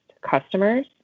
customers